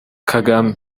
kagame